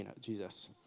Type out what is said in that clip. Jesus